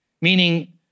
meaning